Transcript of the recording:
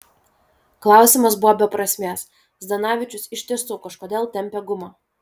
klausimas buvo be prasmės zdanavičius iš tiesų kažkodėl tempė gumą